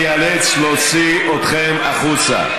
בסוף אני איאלץ להוציא אתכם החוצה.